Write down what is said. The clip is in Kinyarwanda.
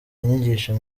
inyigisho